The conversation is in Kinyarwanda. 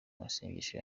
amasengesho